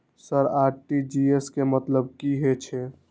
Sir RTGS के मतलब की हे छे?